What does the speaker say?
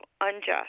unjust